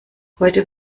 heute